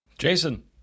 Jason